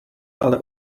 ale